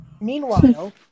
Meanwhile